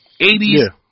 80s